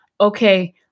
okay